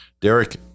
Derek